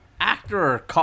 actor